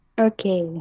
Okay